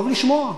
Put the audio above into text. טוב לשמוע.